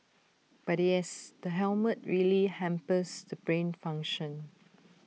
but yes the helmet really hampers the brain function